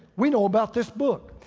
we know about this book.